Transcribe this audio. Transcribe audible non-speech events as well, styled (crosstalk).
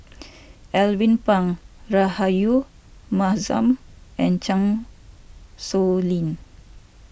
(noise) Alvin Pang Rahayu Mahzam and Chan Sow Lin